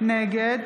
נגד